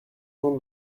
jean